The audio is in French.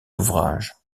ouvrages